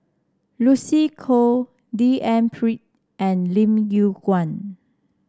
Lucy Koh D N Pritt and Lim Yew Kuan